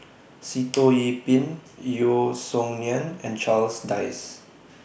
Sitoh Yih Pin Yeo Song Nian and Charles Dyce